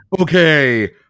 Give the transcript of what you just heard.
Okay